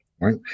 right